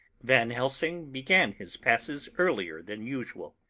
van helsing began his passes earlier than usual.